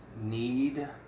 need